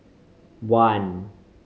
one